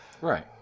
Right